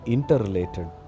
Interrelated